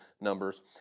Numbers